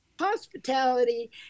Hospitality